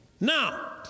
Now